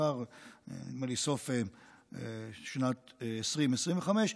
נדמה לי סוף שנת 2025,